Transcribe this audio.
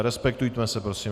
Respektujme se, prosím vás!